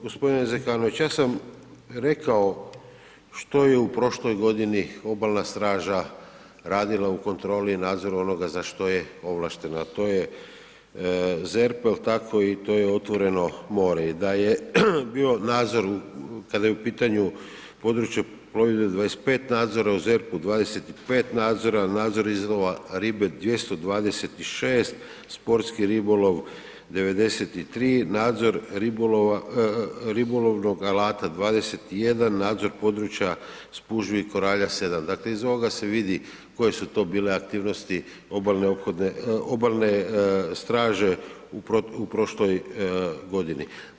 Gospodine Zekanović, ja sam rekao što je prošloj godini obalna straža radila u kontroli nadzora za što je ovlaštena, to je ZERP i to je otvoreno more i da je bio nadzor kada je u pitanju područje plovidbe 25 nadzora o ZERP-u, 25 nadzora, nadzor izlova ribe 226, sportski ribolov 93, nadzor ribolovnog alata 21, nadzor područja spužvi i koralja 7, dakle iz ovoga se vidi koje su to bile aktivnosti obalne straže u prošloj godini.